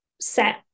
set